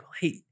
Hey